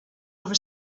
over